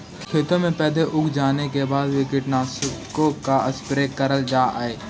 खेतों में पौधे उग जाने के बाद भी कीटनाशकों का स्प्रे करल जा हई